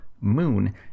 Moon